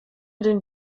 den